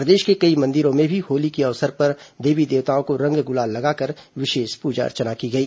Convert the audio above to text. प्रदेश के कई मंदिरों में भी होली के अवसर पर देवी देवताओं को रंग गुलाल लगाकर विशेष पूजा अर्चना की गई